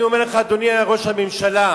אני אומר לך, אדוני ראש הממשלה,